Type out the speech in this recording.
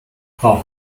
frau